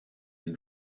and